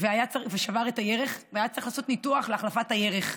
ושבר את הירך, והיה צריך לעשות ניתוח להחלפת הירך.